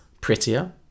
prettier